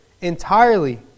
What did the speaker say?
entirely